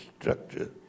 structure